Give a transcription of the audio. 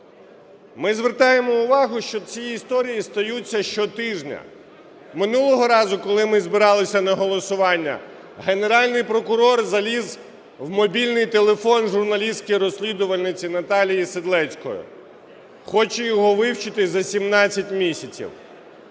Ми звертаємо увагу, що ці історії стаються щотижня. Минулого разу, коли ми збиралися на голосування, Генеральний прокурор заліз мобільний телефон журналістки-розслідувальниці Наталія Седлецької, хоче його вивчити за 17 місяців.